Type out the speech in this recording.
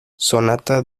sonata